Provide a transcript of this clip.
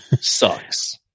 Sucks